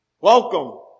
Welcome